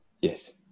Yes